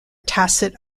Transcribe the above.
tacit